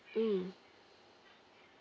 mm